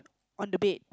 on the bed